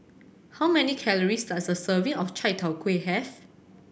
how many calories does a serving of Chai Tow Kuay have